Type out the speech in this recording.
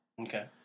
Okay